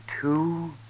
two